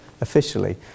officially